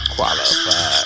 Qualified